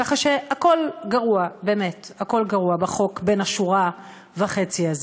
ככה שהכול גרוע בחוק בן השורה וחצי הזה.